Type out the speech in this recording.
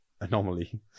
anomaly